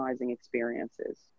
experiences